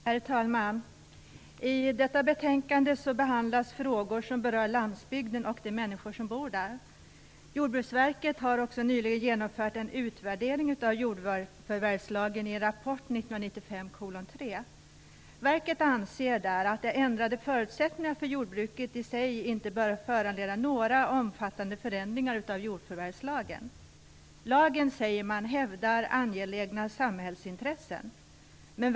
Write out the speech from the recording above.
Herr talman! I detta betänkande behandlas frågor som berör landsbygden och de människor som bor där. Jordbruksverket har nyligen genomfört en utvärdering av jordförvärvslagen . Verket anser där att de ändrade förutsättningarna för jordbruket i sig inte bör föranleda några omfattande förändringar av jordförvärvslagen. Lagen, säger man, hävdar angelägna samhällsintressen.